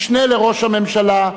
משנה לראש הממשלה,